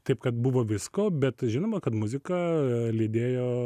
taip kad buvo visko bet žinoma kad muzika lydėjo